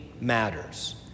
matters